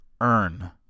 earn